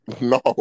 No